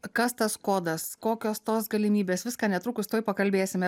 kas tas kodas kokios tos galimybės viską netrukus tuoj pakalbėsime